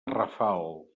rafal